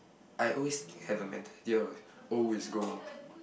I always have the mentality of like old is gold